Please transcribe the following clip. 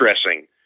stressing